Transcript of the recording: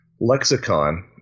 lexicon